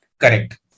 Correct